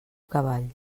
cavall